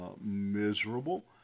miserable